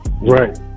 Right